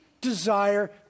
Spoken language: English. desire